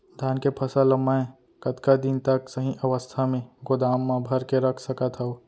धान के फसल ला मै कतका दिन तक सही अवस्था में गोदाम मा भर के रख सकत हव?